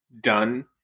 done